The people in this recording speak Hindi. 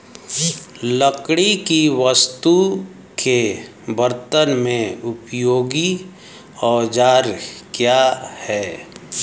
लकड़ी की वस्तु के कर्तन में उपयोगी औजार क्या हैं?